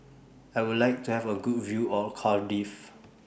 I Would like to Have A Good View of Cardiff